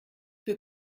für